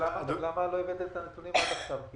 למה לא הבאתם את הנתונים עד עכשיו?